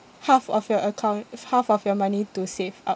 half of your account half of your money to save up